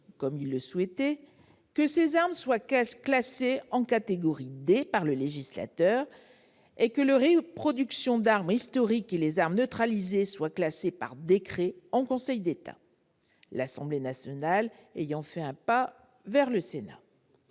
comme ils le souhaitaient, que ces armes soient classées en catégorie D par le législateur et que les reproductions d'armes historiques et les armes neutralisées soient classées par décret en Conseil d'État, l'Assemblée nationale ayant fait un pas vers le Sénat.